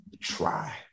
try